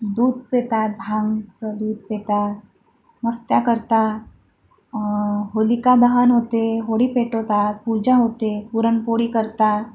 दूध पितात भांगेचं दूध पितात मस्त्या करतात होलिका दहन होते होळी पेटवतात पूजा होते पुरणपोळी करतात